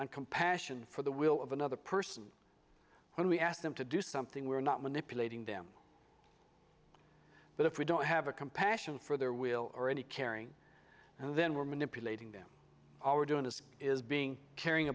and compassion for the will of another person when we ask them to do something we're not manipulating them but if we don't have a compassion for their will or any caring and then we're manipulating them all we're doing is being caring